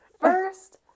First